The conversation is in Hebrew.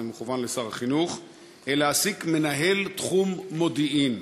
זה מכוון לשר החינוך, להעסיק מנהל תחום מודיעין.